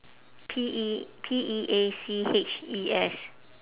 P E P E A C H E S